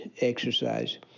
exercise